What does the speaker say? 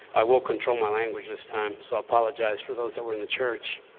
i will control my language this time. so i apologize for those that were in the church.